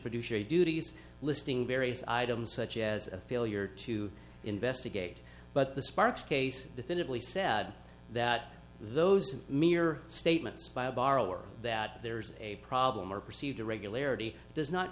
producer duties listing various items such as a failure to investigate but the sparks case definitively said that those are mere statements by a borrower that there is a problem or perceived irregularity does not